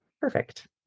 Perfect